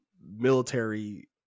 military